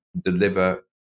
deliver